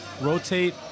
Rotate